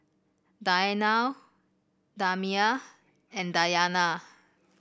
Danial Damia and Dayana